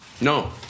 No